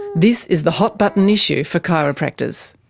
this is the hot-button issue for chiropractors.